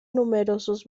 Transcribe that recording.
numerosos